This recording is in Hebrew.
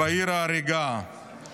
"בעיר ההרגה".